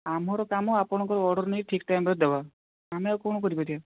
ଆମର କାମ ଆପଣଙ୍କ ଅର୍ଡର୍ ନେଇ ଠିକ୍ ଟାଇମ୍ରେ ଦେବା ଆମେ ଆଉ କ'ଣ କରିପାରିବା